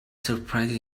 surprised